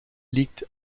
liegt